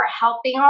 helping